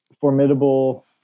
formidable